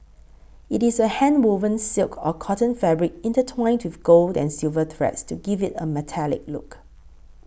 it is a handwoven silk or cotton fabric intertwined with gold and silver threads to give it a metallic look